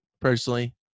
personally